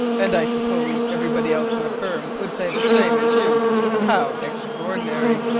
and i suppose everybody else in the firm would say the same as you how extraordinary!